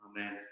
Amen